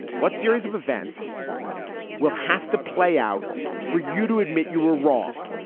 what series of events will have to play out for you to admit you were wrong?